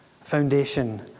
foundation